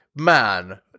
man